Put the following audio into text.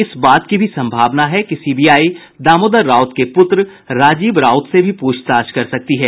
इस बात की भी सम्भावना है कि सीबीआई दामोदर राउत के पुत्र राजीव राउत से भी पूछताछ कर सकती है